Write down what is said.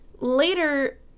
Later